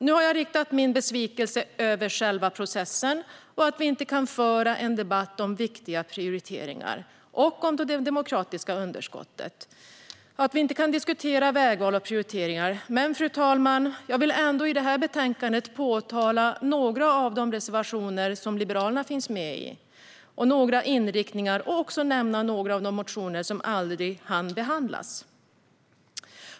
Nu har jag talat om min besvikelse över själva processen - över att vi inte kan föra en debatt om viktiga prioriteringar, över det demokratiska underskottet samt över att vi inte kan diskutera vägval och prioriteringar. Men, fru talman, jag vill ändå peka på några av de reservationer i detta betänkande som Liberalerna finns med i samt på några inriktningar. Jag vill även nämna några av de motioner som aldrig hann behandlas.